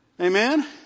Amen